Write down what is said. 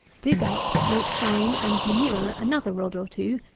dig up, make fine, and manure another rod or two,